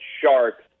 sharks